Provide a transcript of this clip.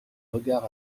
regard